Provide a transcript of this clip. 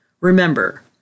Remember